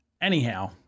Anyhow